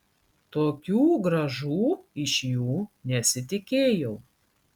tokių grąžų iš jų nesitikėjau